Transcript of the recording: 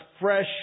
fresh